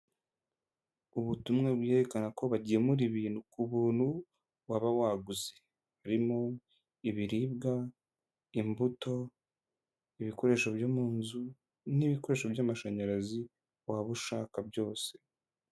Ubutumwa bwerekana ko bagemura ibintu ku buntu waba waguze. Harimo: ibiribwa, imbuto, ibikoresho byo mu nzu, n'ibikoresho by'amashanyarazi waba ushaka byose.